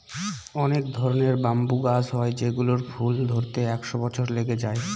অনেক ধরনের ব্যাম্বু গাছ হয় যেগুলোর ফুল ধরতে একশো বছর লেগে যায়